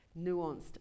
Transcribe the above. nuanced